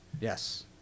Yes